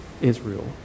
Israel